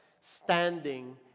standing